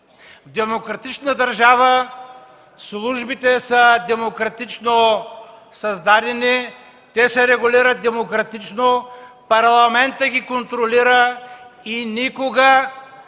демократичната държава службите са демократично създадени, те се регулират демократично, Парламентът ги контролира. Никога